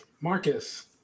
Marcus